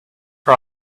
her